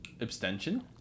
Abstention